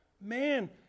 Man